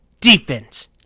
defense